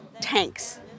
tanks